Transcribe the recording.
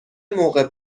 موقع